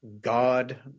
God